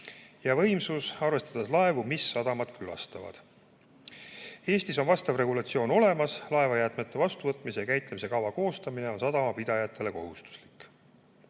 ja võimsus, arvestades laevu, mis sadamat külastavad. Eestis on vastav regulatsioon olemas. Laevajäätmete vastuvõtmise ja käitlemise kava koostamine on sadamapidajatele kohustuslik.